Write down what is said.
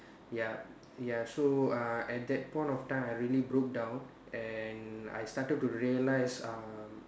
yup ya so uh at that point of time I really broke down and I started to realise um